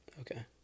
Okay